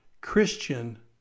Christian